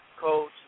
coach